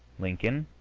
lincoln,